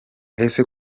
ese